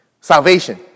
Salvation